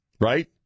right